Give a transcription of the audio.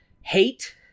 Hate